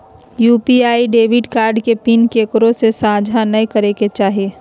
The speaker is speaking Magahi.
यू.पी.आई डेबिट कार्ड के पिन केकरो से साझा नइ करे के चाही